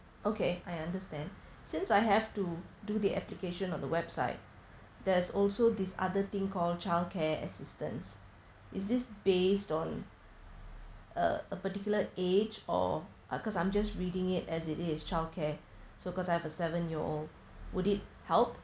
okay I understand since I have to do the application on the website there's also this other thing call childcare assistance is this based on uh a particular age or uh cause I'm just reading it as it is childcare so cause I have a seven year old would it help